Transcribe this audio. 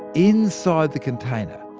inside the container,